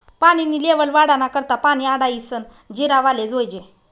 पानी नी लेव्हल वाढावा करता पानी आडायीसन जिरावाले जोयजे